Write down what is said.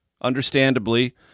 understandably